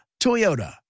Toyota